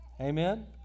Amen